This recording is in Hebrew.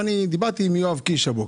ודיברתי הבוקר עם יואב קיש.